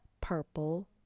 purple